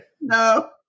No